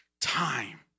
time